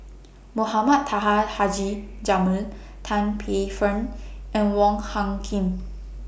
Mohamed Taha Haji Jamil Tan Paey Fern and Wong Hung Khim